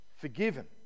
forgiven